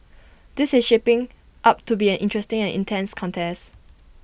this is shaping up to be an interesting and intense contest